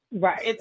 right